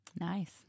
Nice